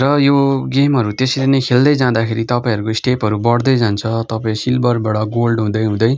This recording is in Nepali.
र यो गेमहरू त्यसरी नै खेल्दै जाँदाखेरि तपाईँहरूको स्टेपहरू बढ्दै जान्छ तपाईँ सिल्भरबड गोल्ड हुँदै हुँदै